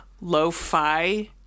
lo-fi